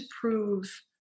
prove